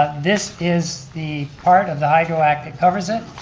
this is the part of the hydro act that covers it.